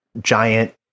giant